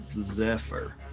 Zephyr